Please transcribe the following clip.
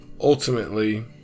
ultimately